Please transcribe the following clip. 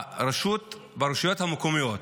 ברשויות המקומיות